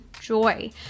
joy